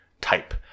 type